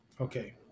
Okay